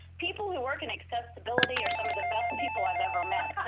people who work in accessibility are some of the best people i've ever met.